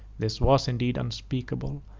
this was indeed unspeakable,